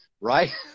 right